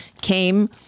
came